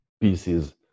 pieces